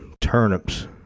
turnips